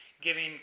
giving